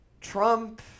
Trump